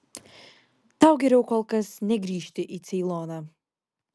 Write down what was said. tau geriau kol kas negrįžti į ceiloną